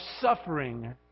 suffering